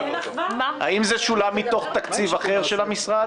האם זה שולם מתוך תקציב אחר של המשרד,